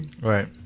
Right